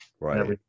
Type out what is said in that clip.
right